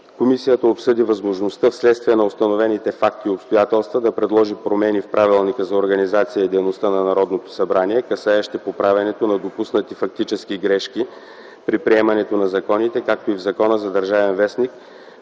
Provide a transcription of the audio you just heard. Комисията обсъди възможността вследствие на установените факти и обстоятелства да предложи промени в Правилника за организацията и дейността на Народното събрание, касаещи поправянето на допуснати фактически грешки при приемане на законите, както и в Закона за „Държавен вестник”,